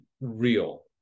real